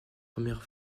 première